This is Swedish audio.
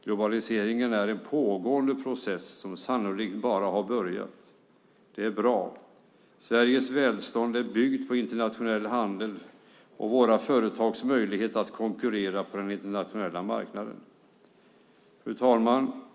Globaliseringen är en pågående process, som sannolikt bara har börjat. Det är bra. Sveriges välstånd är byggt på internationell handel och våra företags möjlighet att konkurrera på den internationella marknaden.